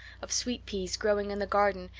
of sweet peas growing in the garden,